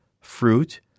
fruit